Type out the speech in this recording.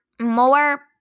more